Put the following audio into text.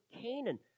Canaan